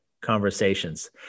conversations